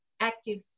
active